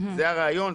זה הרעיון,